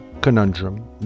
Conundrum